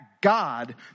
God